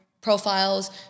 profiles